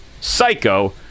Psycho